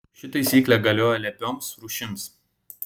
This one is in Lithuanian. šita taisyklė galioja lepioms rūšims